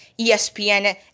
ESPN